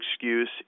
excuse